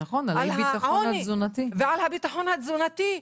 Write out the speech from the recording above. על העוני ועל הביטחון התזונתי,